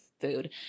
food